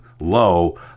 low